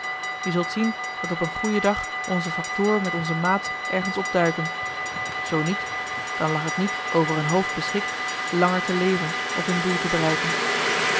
je zult zien dat op een goeden dag onze factoor met onze maats ergens opduiken zoo niet dan lag het niet over hun hoofd beschikt langer te leven of hun doel te bereiken